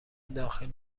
داخل